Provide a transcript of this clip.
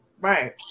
right